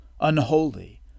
unholy